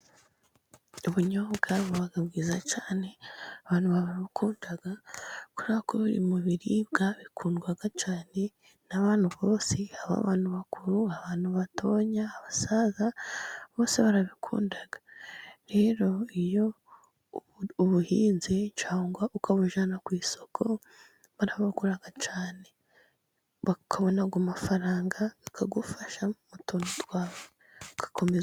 Ubunyobwa bwa buba bwiza cyane, abantu barabukunda kubera ko buri mu biribwa bikundwa cyane n'abantu bakuru, abantu bato abasaza, bose barabukunda. Rero iyo ubuhinze cyangwa ukabujyana ku isoko barabugura cyane ukabona amafaranga akagufasha mu tuntu twawe ugakomeza.